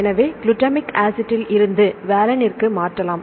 எனவே குளுட்டமிக் ஆசிட்டில் இருந்து வாலைன்னிற்கு மாற்றலாம்